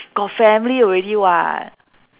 got family already [what]